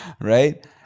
right